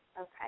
Okay